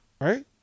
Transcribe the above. right